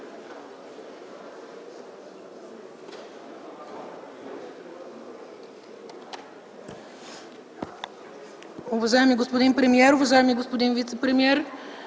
Уважаеми господин премиер, уважаеми господин вицепремиер,